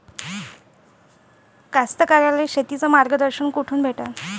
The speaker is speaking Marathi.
कास्तकाराइले शेतीचं मार्गदर्शन कुठून भेटन?